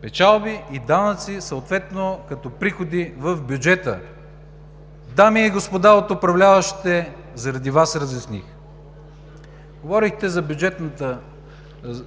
печалби и данъци като приходи в бюджета. Дами и господа от управляващите, заради Вас разясних.